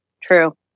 True